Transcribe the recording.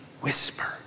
whisper